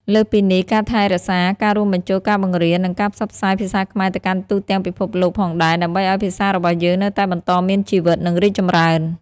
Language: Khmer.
លើសពីនេះ ការថែរក្សាក៏រួមបញ្ចូលការបង្រៀន និងការផ្សព្វផ្សាយភាសាខ្មែរទៅកាន់ទូទាំងពិភពលោកផងដែរ ដើម្បីឱ្យភាសារបស់យើងនៅតែបន្តមានជីវិត និងរីកចម្រើន។